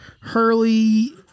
Hurley